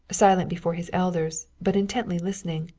silent before his elders, but intently listening.